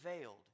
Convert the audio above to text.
veiled